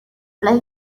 play